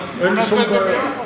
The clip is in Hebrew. אין לי שום בעיה,